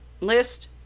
list